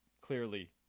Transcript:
clearly